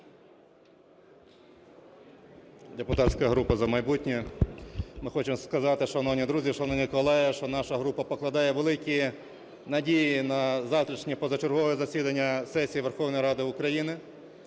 Депутатська група "За майбутнє". Ми хочемо сказати, шановні друзі, шановні колеги, що наша група покладає великі надії на завтрашнє позачергове засідання сесії Верховної Ради України,